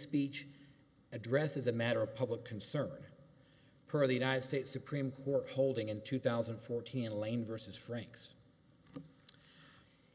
speech addresses a matter of public concern for the united states supreme court holding in two thousand and fourteen lane versus franks